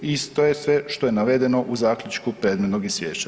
To je sve što je navedeno u zaključku predmetnog Izvješća.